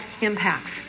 impacts